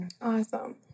Awesome